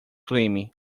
crime